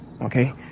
okay